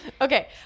okay